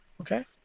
Okay